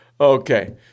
Okay